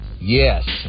Yes